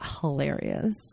Hilarious